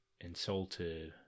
insulted